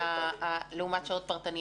לעומת השעות שמוגדרות